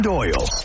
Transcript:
Doyle